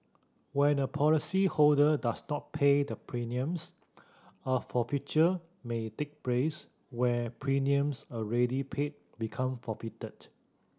when a policyholder does not pay the premiums a forfeiture may take prays where premiums already paid become forfeited